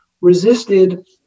resisted